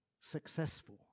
successful